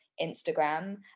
Instagram